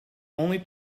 only